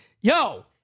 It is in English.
Yo